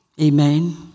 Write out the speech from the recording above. Amen